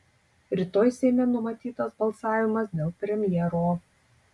rytoj seime numatytas balsavimas dėl premjero